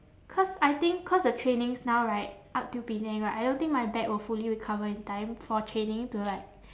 cause I think cause the trainings now right up till penang right I don't think my back will fully recover in time for training to like